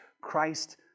Christ